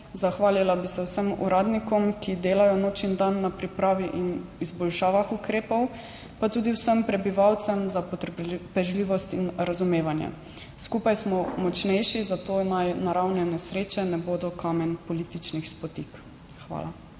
Zahvalila bi se vsem uradnikom, ki delajo noč in dan na pripravi in izboljšavah ukrepov. Pa tudi vsem prebivalcem za potrpežljivost in razumevanje. Skupaj smo močnejši, zato naj naravne nesreče ne bodo kamen političnih spotik. Hvala.